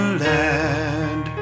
land